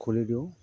খুলি দিওঁ